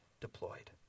deployed